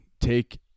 take